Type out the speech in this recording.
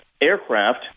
aircraft